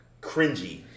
cringy